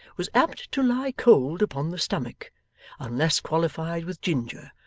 was apt to lie cold upon the stomach unless qualified with ginger,